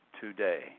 today